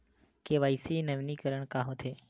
KYC नवीनीकरण का होथे?